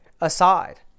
aside